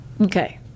Okay